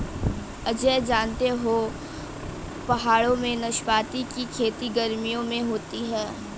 अजय जानते हो पहाड़ों में नाशपाती की खेती गर्मियों में होती है